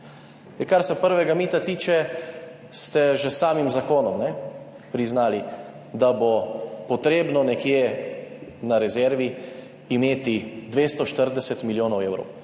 Kar se prvega mita tiče, ste že s samim zakonom priznali, da bo treba nekje na rezervi imeti 240 milijonov evrov.